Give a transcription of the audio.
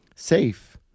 safe